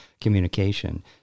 communication